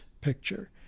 picture